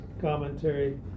commentary